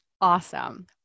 Awesome